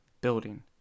Building